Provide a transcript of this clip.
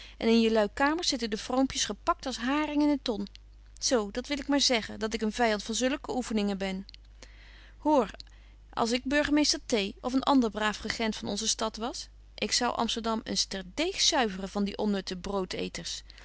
en in je lui kamers zitten de vroompjes gepakt als haring in de ton zo dat ik wil maar zeggen dat ik een vyand van zulke oeffeningen ben hoor als ik burgermeester t of een anbetje wolff en aagje deken historie van mejuffrouw sara burgerhart der braaf regent van onze stad was ik zou amsterdam eens terdeeg zuiveren van die onnutte